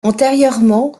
antérieurement